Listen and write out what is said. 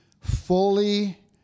fully